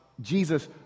Jesus